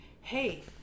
Hey